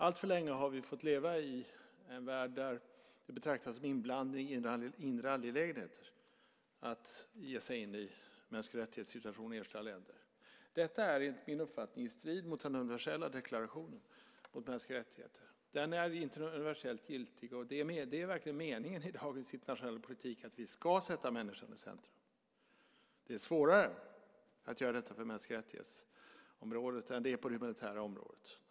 Alltför länge har vi fått leva i en värld där det betraktas som inblandning i inre angelägenheter att ge sig in i människorättssituationer i enskilda länder. Detta är, enligt min uppfattning, i strid mot den universella deklarationen för mänskliga rättigheter. Den är universellt giltig, och det är verkligen meningen i dagens internationella politik att vi ska sätta människan i centrum. Det är svårare att göra det på området för mänskliga rättigheter än på det humanitära området.